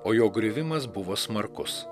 o jo griuvimas buvo smarkus